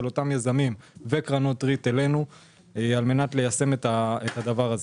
אותם יזמים וקרנות ריט אלינו על מנת ליישם את הדבר הזה.